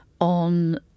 on